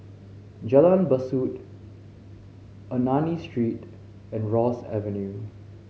Jalan Besut Ernani Street and Ross Avenue